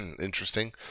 interesting